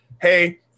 hey